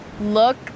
look